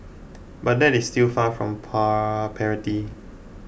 but that is still far from parity